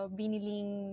biniling